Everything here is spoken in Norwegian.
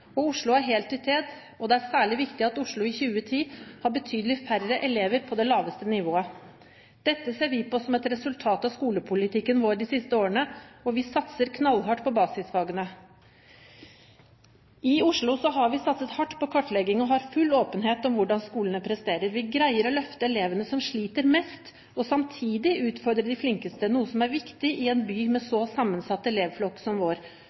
innført. Oslo er helt i tet, og det er særlig viktig at Oslo i 2010 har betydelig færre elever på det laveste nivået. Dette ser vi på som et resultat av skolepolitikken vår de siste årene, og vi satser knallhardt på basisfagene. I Oslo har vi satset hardt på kartlegging og har full åpenhet om hvordan skolene presterer. Vi greier å løfte elevene som sliter mest, og samtidig utfordre de flinkeste, noe som er viktig i en by med en så sammensatt elevflokk som vår,